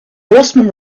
horseman